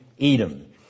Edom